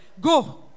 Go